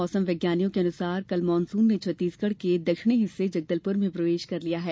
मौसम विज्ञानियों के मुताबिक कल मानसुन ने छत्तीसगढ़ के दक्षिणी हिर्स्से जगदलपुर में प्रवेश कर लिया है